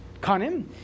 kanim